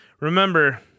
remember